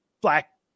black